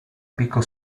picco